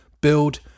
Build